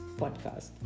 podcast